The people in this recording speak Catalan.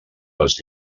les